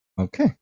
okay